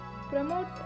promote